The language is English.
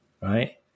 right